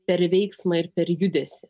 per veiksmą ir per judesį